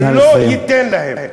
לא ניתן להם.